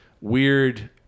weird